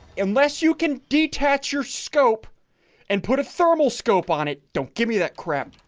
unless you can detach your scope and put a thermal scope on it. don't give me that crap